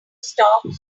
stocks